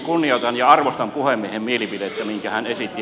kunnioitan ja arvostan puhemiehen mielipidettä minkä hän esitti